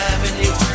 Avenue